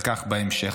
על כך, בהמשך.